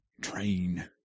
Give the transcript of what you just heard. Train